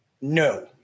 No